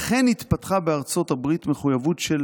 לכן התפתחה בארצות הברית מחויבות של